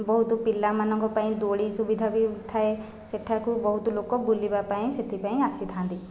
ବହୁତ ପିଲାମାନଙ୍କ ପାଇଁ ଦୋଳି ସୁବିଧା ବି ଥାଏ ସେଠାକୁ ବହୁତ ଲୋକ ବୁଲିବା ପାଇଁ ସେଇଥିପାଇଁ ଆସିଥାନ୍ତି